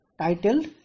titled